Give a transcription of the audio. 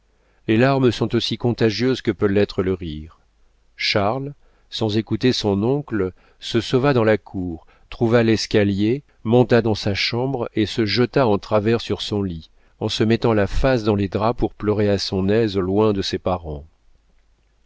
les larmes sont aussi contagieuses que peut l'être le rire charles sans écouter son oncle se sauva dans la cour trouva l'escalier monta dans sa chambre et se jeta en travers sur son lit en se mettant la face dans les draps pour pleurer à son aise loin de ses parents